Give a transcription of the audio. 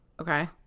Okay